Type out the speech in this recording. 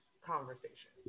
conversation